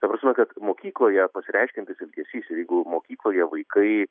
ta prasme kad mokykloje pasireiškiantis elgesys ir jeigu mokykloje vaikai